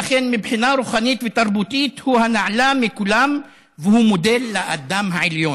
ולכן מבחינה רוחנית ותרבותית הוא הנעלה מכולם והוא מודל לאדם העליון.